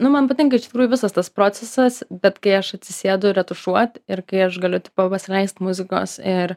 nu man patinka iš tikrųjų visas tas procesas bet kai aš atsisėdu retušuot ir kai aš galiu pasileist muzikos ir